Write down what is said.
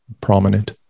prominent